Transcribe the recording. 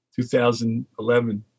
2011